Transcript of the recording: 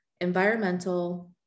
environmental